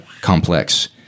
complex